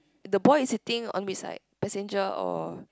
the boy is sitting on beside passenger or